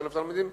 45,000 תלמידים.